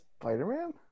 Spider-Man